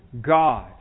God